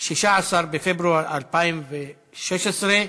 16 בפברואר 2016,